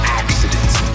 accidents